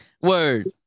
Word